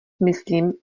myslím